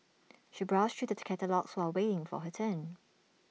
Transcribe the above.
she browsed through the catalogues while waiting for her turn